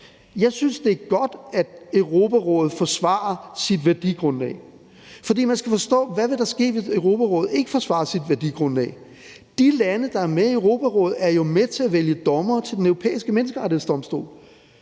Jeg synes, det er godt, at Europarådet forsvarer sit værdigrundlag. For man skal forstå, hvad der vil ske, hvis Europarådet ikke forsvarer sit værdigrundlag. De lande, der er med i Europarådet, er jo med til at vælge dommere til Den Europæiske Menneskerettighedsdomstol.